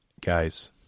Guys